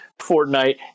Fortnite